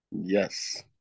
Yes